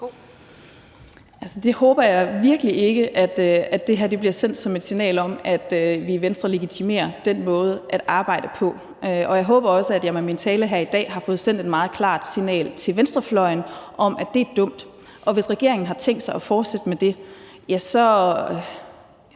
jeg håber virkelig ikke, at det her bliver set som et signal om, at vi i Venstre legitimerer den måde at arbejde på. Og jeg håber også, at jeg med min tale her i dag har fået sendt et meget klart signal til venstrefløjen om, at det er dumt, og hvis regeringen har tænkt sig at fortsætte med det, ja, så